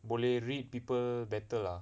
boleh read people better lah